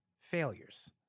failures